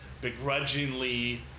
begrudgingly